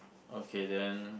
okay then